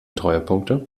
treuepunkte